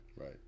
Right